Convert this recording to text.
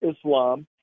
Islam